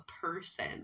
person